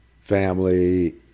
family